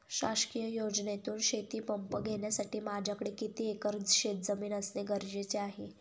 शासकीय योजनेतून शेतीपंप घेण्यासाठी माझ्याकडे किती एकर शेतजमीन असणे गरजेचे आहे?